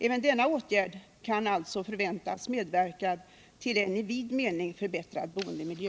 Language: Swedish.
Även denna åtgärd kan alltså förväntas medverka till en i vid mening förbättrad boendemiljö.